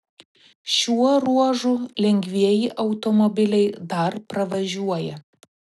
šiuo ruožu lengvieji automobiliai dar pravažiuoja